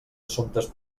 assumptes